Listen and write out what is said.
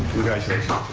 congratulations.